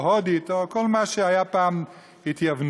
או הודית, או כל מה שהיה פעם התייוונות.